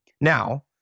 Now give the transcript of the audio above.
Now